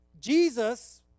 Jesus